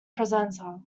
presenter